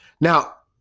Now